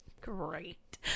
great